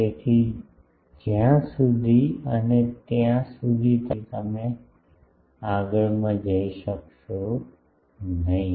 તેથી જ્યાં સુધી અને ત્યાં સુધી તમે ત્યાં ન હો ત્યાં સુધી તમે આગલામાં જઇ શકશો નહીં